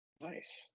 Nice